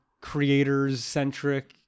creators-centric